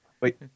Wait